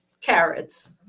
carrots